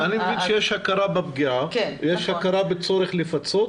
מבין שיש הכרה בפגיעה ויש הכרה בצורך לפצות.